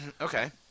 Okay